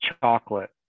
chocolate